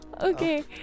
Okay